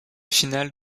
finale